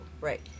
Right